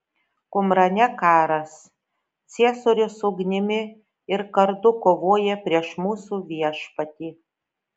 kumrane karas ciesorius ugnimi ir kardu kovoja prieš mūsų viešpatį